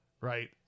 right